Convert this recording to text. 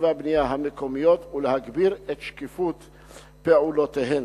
והבנייה המקומיות ולהגביר את שקיפות פעולותיהן.